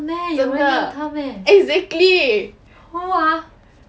真的 exactly